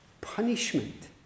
punishment